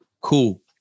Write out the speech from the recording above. Cool